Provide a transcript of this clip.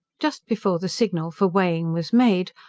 just before the signal for weighing was made,